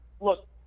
look